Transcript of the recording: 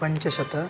पञ्चशतं